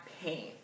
pain